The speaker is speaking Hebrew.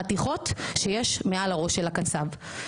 יחסים תקינה בין המחנכות לבין ההורים והילדים,